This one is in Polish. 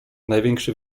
największy